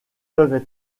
peuvent